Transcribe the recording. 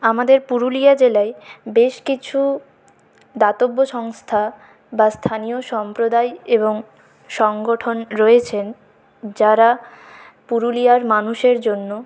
আমাদের পুরুলিয়া জেলায় বেশ কিছু দাতব্য সংস্থা বা স্থানীয় সম্প্রদায় এবং সংগঠন রয়েছেন যারা পুরুলিয়ার মানুষের জন্য